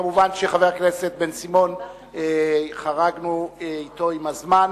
מובן שחבר הכנסת בן-סימון, חרגנו אתו עם הזמן.